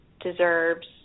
deserves